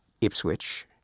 Ipswich